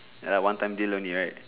ya lah one time deal only right